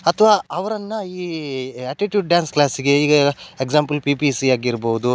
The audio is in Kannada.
ಅಥವಾ ಅವ್ರನ್ನು ಈ ಆ್ಯಟ್ಟಿಟ್ಯೂಡ್ ಡ್ಯಾನ್ಸ್ ಕ್ಲಾಸಿಗೆ ಈಗ ಎಕ್ಸಾಂಪಲ್ ಪಿ ಪಿ ಸಿ ಆಗಿರ್ಬೌದು